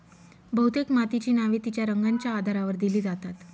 बहुतेक मातीची नावे तिच्या रंगाच्या आधारावर दिली जातात